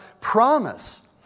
promise